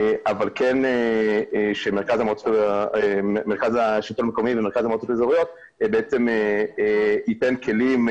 אבל כן שמרכז השלטון המקומי ומרכז המועצות האזוריות בעצם ייתנו כלים,